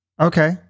Okay